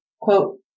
quote